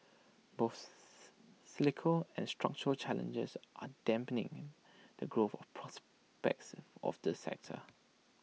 both cyclical and structural challenges are dampening the growth of prospects of this sector